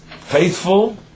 faithful